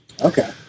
Okay